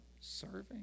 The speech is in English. serving